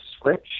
switch